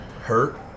Hurt